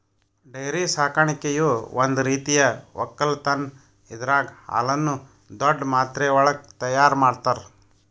dairy ಸಾಕಾಣಿಕೆಯು ಒಂದ್ ರೀತಿಯ ಒಕ್ಕಲತನ್ ಇದರಾಗ್ ಹಾಲುನ್ನು ದೊಡ್ಡ್ ಮಾತ್ರೆವಳಗ್ ತೈಯಾರ್ ಮಾಡ್ತರ